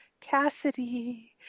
Cassidy